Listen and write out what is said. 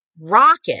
rocket